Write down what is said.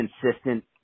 consistent